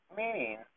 meaning